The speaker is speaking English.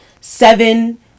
seven